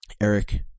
Eric